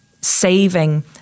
saving